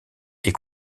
est